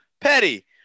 Petty